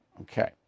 okay